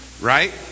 Right